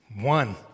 One